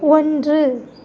ஒன்று